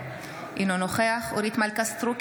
אינו נוכח אורית מלכה סטרוק,